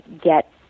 get